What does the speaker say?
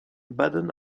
baden